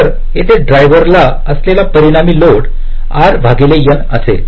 तर येथे ड्रायव्हर ला असलेला परिणामी लोड R भागिले N असेल